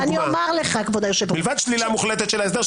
מלבד שלילה מוחלטת של ההסדר,